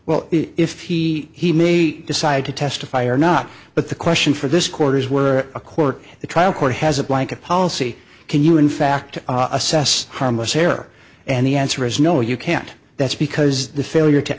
if he he may decide to testify or not but the question for this quarter is where a court the trial court has a blanket policy can you in fact assess harmless error and the answer is no you can't that's because the failure to